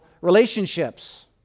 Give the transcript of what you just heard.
relationships